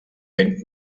ben